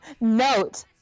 Note